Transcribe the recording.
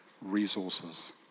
resources